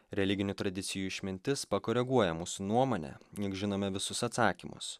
religinių tradicijų išmintis pakoreguoja mūsų nuomonę žinome visus atsakymus